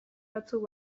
batzuk